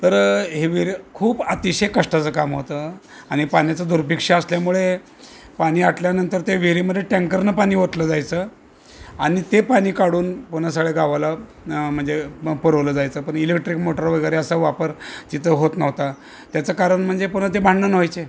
तर हे विर खूप अतिशय कष्टाचं काम होतं आणि पाण्याचं दुर्भिक्ष असल्यामुळे पाणी आटल्यानंतर ते विहिरीमध्ये टँकरनं पाणी ओतलं जायचं आणि ते पाणी काढून पुन्हा सगळ्या गावाला म्हणजे पुरवला जायचा पणं इलेक्ट्रिक मोटर वगैरे असं वापर तिथं होत नव्हता त्याचं कारण म्हणजे पुन्हा ते भांडण व्हायचे